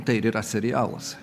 tai ir yra serialas